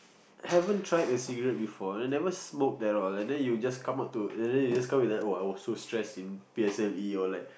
haven't tried a cigarette before and never smoked at all and then you just come up to and then you just come here oh I was so stressed in P_S_L_E or like